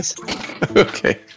Okay